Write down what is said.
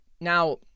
now